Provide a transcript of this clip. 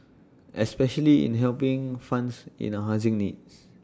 especially in helping funds in our housing needs